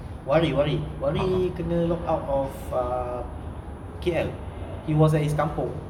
wari wari wari kena locked out of K_L he was at his kampung